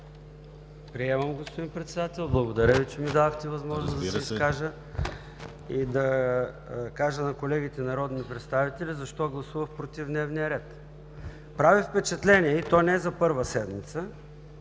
Приемам, господин Председател. Благодаря Ви, че ми дадохте възможност да се изкажа и да кажа на колегите народни представители защо гласувах против дневния ред. Прави впечатление, и то не за първа седмица,